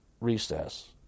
recess